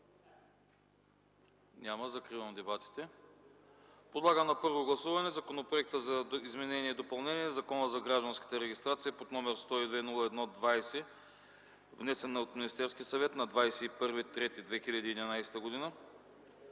Няма. Закривам дебатите. Подлагам на първо гласуване Законопроекта за изменение и допълнение на Закона за гражданската регистрация, № 102 01 20, внесен от Министерския съвет на 21 март 2011 г.